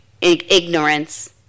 ignorance